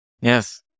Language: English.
Yes